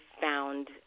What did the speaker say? found